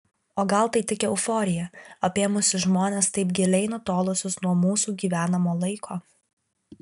o gal tai tik euforija apėmusi žmones taip giliai nutolusius nuo mūsų gyvenamo laiko